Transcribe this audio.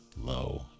low